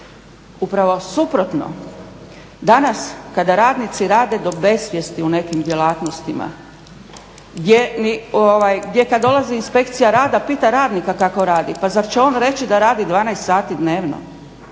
Upravo suprotno, danas kada radnici rade do besvijesti u nekim djelatnostima gdje kada dolazi Inspekcija rada pita radnika kako radi, pa zar će on reći da radi 12 sati dnevno